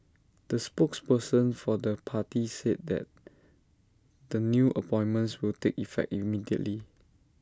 the spokesperson for the party said that the new appointments will take effect immediately